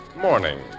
morning